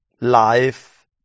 life